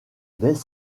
dès